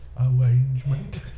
arrangement